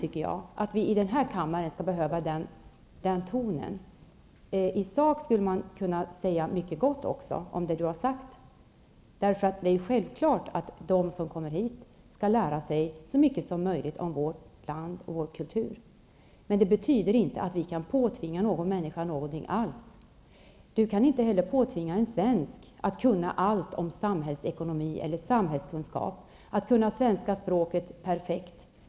Jag kan inte förstå att en sådan skall behövas i denna kammare. I sak kan mycket gott sägas om det Lars Moquist har sagt. De som kommer hit skall självfallet lära sig så mycket som möjligt om vårt land och vår kultur. Men det betyder inte att vi kan påtvinga någon något. Inte heller en svensk kan påtvingas att lära sig allt om samhällsekonomi eller samhällskunskap eller tvingas att perfekt behärska svenska språket.